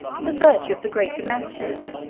the virtue of the great domestic,